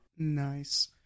Nice